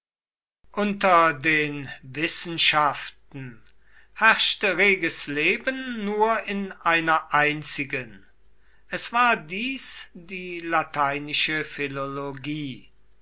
unter den wissenschaften herrschte reges leben nur in einer einzigen es war dies die lateinische philologie